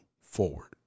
forward